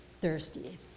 thirsty